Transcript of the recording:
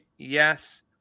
Yes